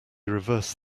reversed